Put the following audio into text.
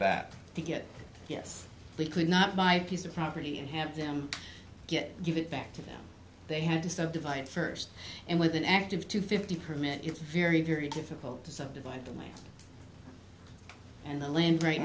back to get yes we could not my piece of property and have them get give it back to them they had to sort of divide first and with an act of two fifty per minute you very very difficult to subdivide them and the land right